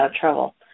trouble